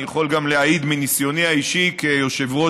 אני יכול גם להעיד מניסיוני האישי כיושב-ראש